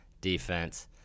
defense